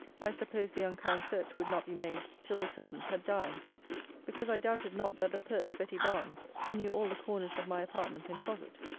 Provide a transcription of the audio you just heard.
i supposed the unkind search would not be made till the servants had dined because i doubted not that the pert betty barnes, who knew all the corners of my apartment and closet,